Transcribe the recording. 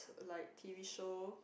like T_V show